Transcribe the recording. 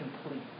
complete